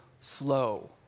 slow